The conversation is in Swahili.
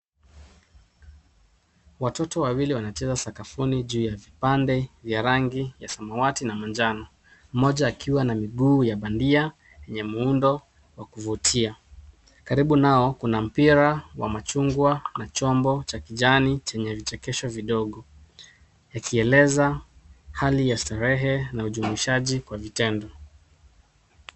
Watoto wawili wanacheza sakafuni juu ya vipande vya rangi ya samawati na manjano. Mmoja akiwa na miguu ya bandia yenye muundo wa kuvutia. Karibu nao kuna mpira wa machungwa na chombo cha kijani chenye vichekesho vidogo yakieleza hali ya starehe na ujumuishaji kwa vitendo.